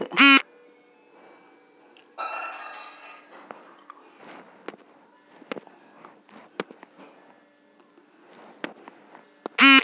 Debit ಕಾರ್ಡಿನ validity ಎಷ್ಟು ವರ್ಷ ಇರುತ್ತೆ?